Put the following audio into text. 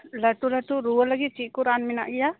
ᱞᱟᱹᱴᱩ ᱞᱟᱹᱴᱩ ᱨᱩᱣᱟᱹ ᱞᱟᱹᱜᱤᱫ ᱪᱮᱫᱠᱚ ᱨᱟᱱ ᱢᱮᱱᱟᱜ ᱜᱮᱭᱟ